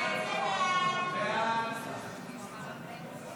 סעיף 5, כהצעת הוועדה, נתקבל.